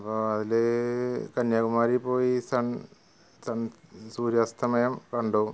അപ്പോൾ അതില് കന്യാകുമാരിയിൽ പോയി സണ് സണ് സൂര്യാസ്തമയം കണ്ടു